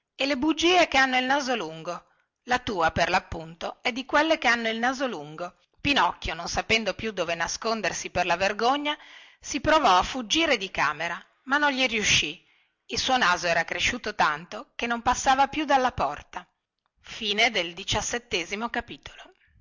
e le bugie che hanno il naso lungo la tua per lappunto è di quelle che hanno il naso lungo pinocchio non sapendo più dove nascondersi per la vergogna si provò a fuggire di camera ma non gli riuscì il suo naso era cresciuto tanto che non passava più dalla porta